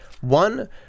one